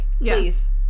Yes